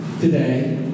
today